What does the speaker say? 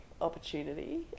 opportunity